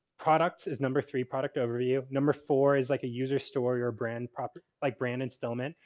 products is number three, product overview, number four is like a user story or brand property like brandon stillman,